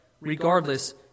regardless